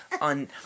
On